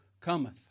cometh